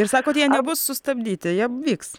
ir sakot jie nebus sustabdyti jie vyks